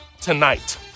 tonight